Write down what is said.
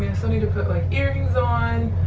i still need to put like earrings on.